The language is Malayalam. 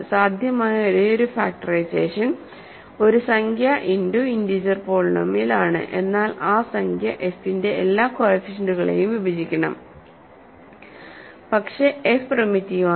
സാധ്യമായ ഒരേയൊരു ഫാക്ടറൈസേഷൻ ഒരു സംഖ്യ ഇന്റു ഇന്റീജർ പോളിനോമിയൽ ആണ് എന്നാൽ ആ സംഖ്യ f ന്റെ എല്ലാ കോഎഫിഷ്യന്റ്കളെയും വിഭജിക്കണം പക്ഷേ f പ്രിമിറ്റീവ് ആണ്